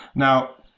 now,